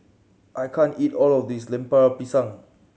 I can't eat all of this Lemper Pisang